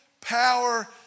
power